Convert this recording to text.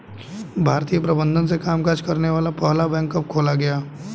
भारतीय प्रबंधन से कामकाज करने वाला पहला बैंक कब खोला गया?